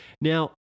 Now